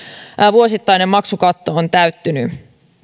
vuosittainen maksukatto on täyttynyt